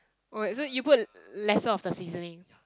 oh is it you put lesser of the seasoning